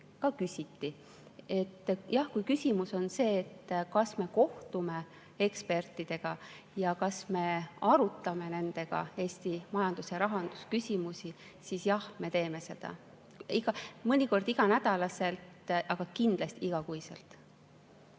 ka küsiti. Kui küsimus on see, kas me kohtume ekspertidega ja kas me arutame nendega Eesti majandus- ja rahandusküsimusi, siis jah, me teeme seda mõnikord iganädalaselt, aga kindlasti igakuiselt.